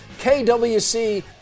KWC